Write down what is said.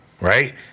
right